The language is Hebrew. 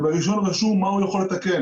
וברישיון רשום מה הוא יכול לתקן.